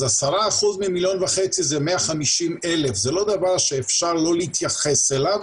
אז 10% מ-1.5 מיליון זה 150,000. זה לא דבר שאפשר לא להתייחס אליו.